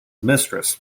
mistress